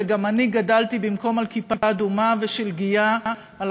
גם אני גדלתי במקום על "כיפה אדומה" ו"שלגייה" על